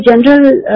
general